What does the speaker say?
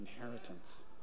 inheritance